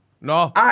No